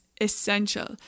essential